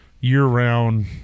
year-round